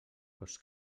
cos